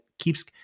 keeps